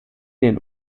den